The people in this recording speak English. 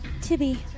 Tibby